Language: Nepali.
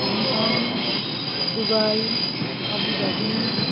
Hong Kong Dubai Abu Dhabi